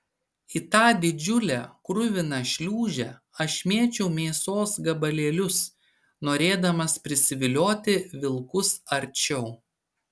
į tą didžiulę kruviną šliūžę aš mėčiau mėsos gabalėlius norėdamas prisivilioti vilkus arčiau